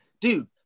dude